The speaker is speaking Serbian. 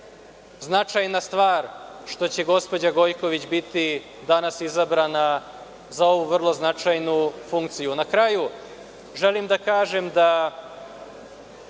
značajna stvar što će gospođa Gojković biti danas izabrana za ovu vrlo značajnu funkciju. Na kraju, želim da kažem da